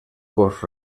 cos